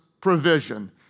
provision